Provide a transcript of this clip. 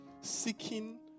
seeking